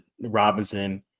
Robinson